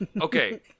Okay